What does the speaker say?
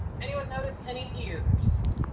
anyone notice any ears?